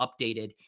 updated